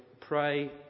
pray